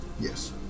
Yes